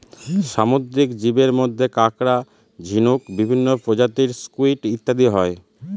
সামুদ্রিক জীবের মধ্যে কাঁকড়া, ঝিনুক, বিভিন্ন প্রজাতির স্কুইড ইত্যাদি হয়